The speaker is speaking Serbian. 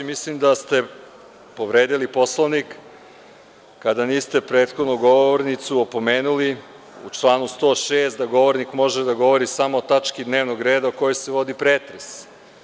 Mislim da ste povredili Poslovnik kada niste prethodnu govornicu opomenuli u članu 106. da govornik može da govori samo o tački dnevnog reda o kojoj se vodi pretres.